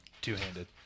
Two-handed